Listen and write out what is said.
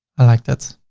i like that.